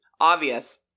Obvious